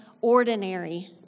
ordinary